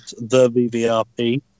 thevvrp